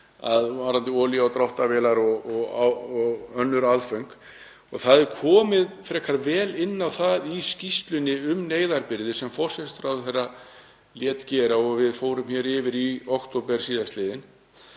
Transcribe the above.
á varðandi olíu á dráttarvélar og önnur aðföng og það er komið frekar vel inn á það í skýrslunni um neyðarbirgðir, sem forsætisráðherra lét gera og við fórum yfir í október.